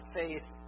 faith